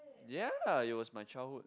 ya it was my childhood